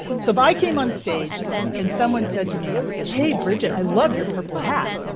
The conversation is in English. so if i came on stage and someone said to me hey bridget, i love your purple hat.